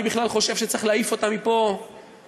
אני בכלל חושב שצריך להעיף אותם מפה רחוק-רחוק,